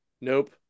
nope